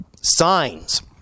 signs